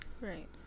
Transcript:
Right